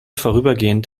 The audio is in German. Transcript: vorübergehend